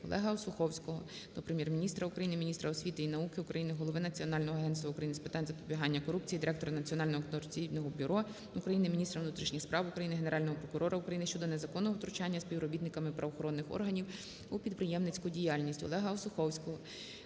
ОлегаОсуховського до Прем'єр-міністра України, міністра освіти і науки України, голови Національного агентства України з питань запобігання корупції, директора Національного антикорупційного бюро України, міністра внутрішніх справ України, Генерального прокурора України щодо незаконного втручання співробітниками правоохоронних органів у підприємницьку діяльність. ОлегаОсуховського